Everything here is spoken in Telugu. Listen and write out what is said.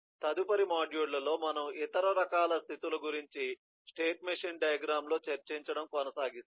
తదుపరి మాడ్యూల్లో మనము ఇతర రకాల స్థితుల గురించి స్టేట్ మెషీన్ డయాగ్రమ్ లో చర్చించడం కొనసాగిస్తాము